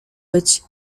być